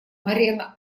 морено